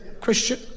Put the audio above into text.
Christian